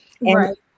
Right